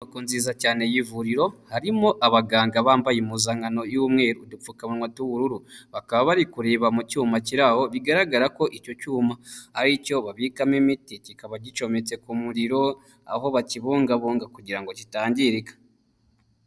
Inyubako nziza cyane y'ivuriro harimo abaganga bambaye impuzankano y'umweru, udupfukamunwa tw'ubururu bakaba bari kureba mu cyuma kiriho bigaragara ko icyo cyuma ari cyo babikamo imiti kikaba gicometse ku muriro aho bakibungabunga kugira ngo kitangirika.